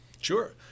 Sure